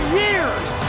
years